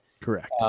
correct